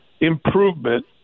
improvement